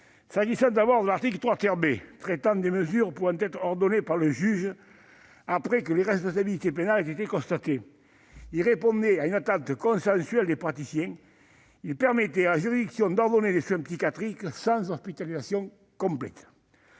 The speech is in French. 3 B, 4 et 7 . L'article 3 B, traitant des mesures pouvant être ordonnées par le juge après que l'irresponsabilité pénale ait été constatée, répondait à une attente consensuelle des praticiens. Il autorisait la juridiction à ordonner des soins psychiatriques sans hospitalisation complète.